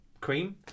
Cream